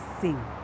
sing